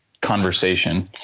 conversation